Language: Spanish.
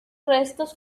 restos